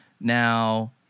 Now